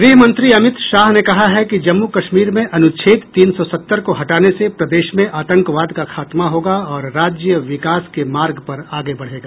गृह मंत्री अमित शाह ने कहा है कि जम्मू कश्मीर में अनुच्छेद तीन सौ सत्तर को हटाने से प्रदेश में आतंकवाद का खात्मा होगा और राज्य विकास के मार्ग पर आगे बढ़ेगा